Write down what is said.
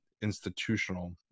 institutional